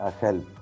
help